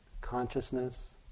consciousness